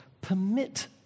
permit